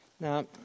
Now